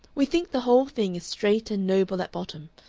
we think the whole thing is straight and noble at bottom,